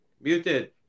muted